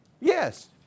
Yes